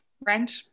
rent